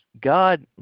God